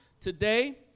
today